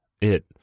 It